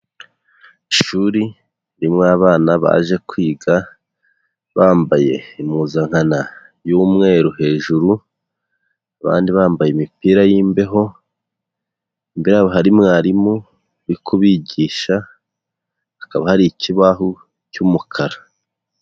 Ishuri ririmo abana baje kwiga bambaye impuzankana y'umweru hejuru, abandi bambaye imipira y'imbeho, imbere hari mwarimu uri kubigisha, hakaba hari ikibaho cy'umukara.